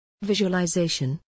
Visualization